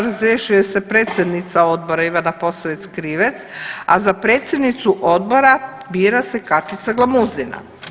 Razrješuje se predsjednica Odbora Ivana Posavec-Krivec, a za predsjednicu Odbora bira se Katica Glamuzina.